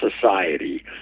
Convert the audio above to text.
Society